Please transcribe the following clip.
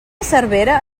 cervera